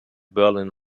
berlin